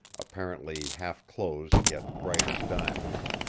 apparently half closed yet bright as diamonds,